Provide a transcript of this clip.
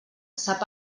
sap